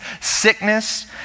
sickness